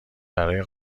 برای